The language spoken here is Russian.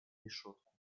решетку